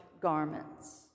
garments